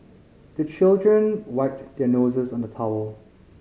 the children wipe their noses on the towel